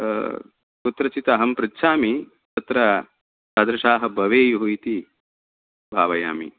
कुत्र चित् अहं पृच्छामि तत्र तादृशाः भवेयुः इति भावयामि